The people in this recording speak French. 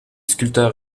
sculpteurs